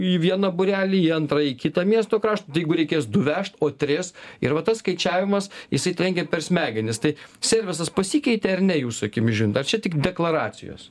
į vieną būrelį į antrą į kitą miesto kraš tai jeigu reikės du vežt o tris ir va tas skaičiavimas jisai trenkia per smegenis tai servisas pasikeitė ar ne jūsų akimis žiūrint ar čia tik deklaracijos